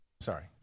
Sorry